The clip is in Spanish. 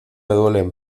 duelen